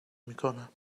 میکنم